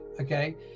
okay